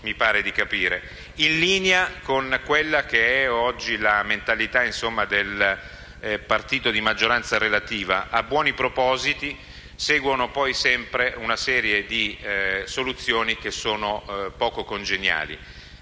in linea con quella che è oggi la mentalità del partito di maggioranza relativa: a buoni propositi seguono sempre una serie di soluzioni poco congeniali.